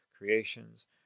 Creations